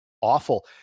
awful